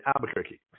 Albuquerque